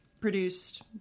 produced